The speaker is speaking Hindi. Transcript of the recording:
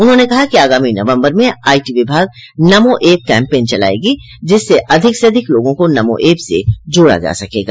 उन्होंने कहा कि आगामी नवम्बर में आईटी विभाग नमो एप कैम्पेन चलायेगी जिससे अधिक स अधिक लोगों को नमो एप से जोड़ा जा सकेगा